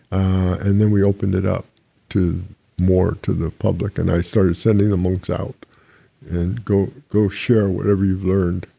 and then we opened it up to more to the public, and i started sending the monks out and go go share whatever you've learned.